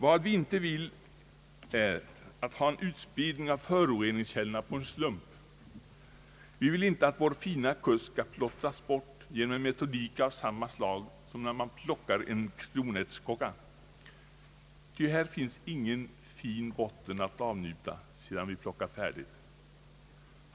Vad vi inte vill ha är en utspridning av föroreningskällorna på en slump, vi vill inte att vår fina kust skall plottras bort genom en metodik av samma slag som när man plockar en kronärtskocka, ty här finns ingen fin botten att avnjuta sedan vi plockat färdigt.